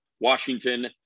Washington